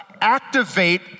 activate